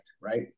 right